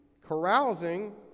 carousing